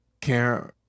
care